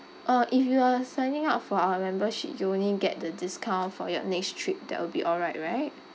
uh if you are signing up for our membership you only get the discount for your next trip that will be all right right